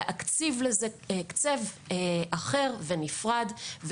צריך להקציב לזה הקצב אחר ונפרד.